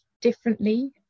differently